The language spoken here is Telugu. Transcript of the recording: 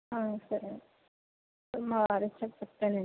సరే అండీ మా వారొచ్చాక చెప్తాలెండి